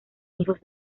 hijos